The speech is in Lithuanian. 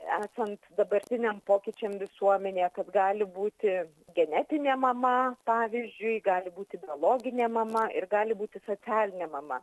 esant dabartiniam pokyčiam visuomenėje kad gali būti genetinė mama pavyzdžiui gali būti biologinė mama ir gali būti socialinė mama